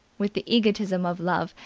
with the egotism of love,